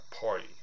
party